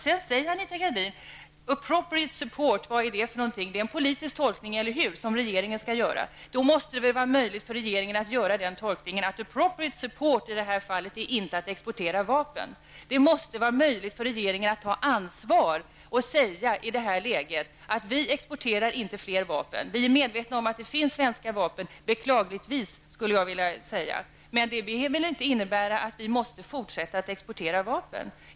Sedan talar Anita Gradin om vad ''appropriate support'' är. Det är en politisk tolkning, eller hur, som regeringen skall göra. Då måste det vara möjligt för regeringen att göra tolkningen att ''appropriate support'' i det här fallet är att inte exportera vapen. Det måste vara möjligt för regeringen att ta ansvar och i det här läget säga att vi inte exporterar fler vapen. Vi är medvetna om att det finns svenska vapen, beklagligtvis, skulle jag vilja säga. Men det behöver inte innebära att vi måste fortsätta att exportera vapen.